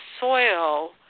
soil